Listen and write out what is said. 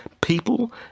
People